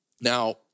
Now